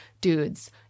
dudes